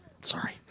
Sorry